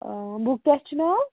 آ بُک کیٛاہ چُھ ناو